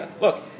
look